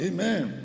Amen